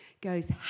goes